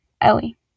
ellie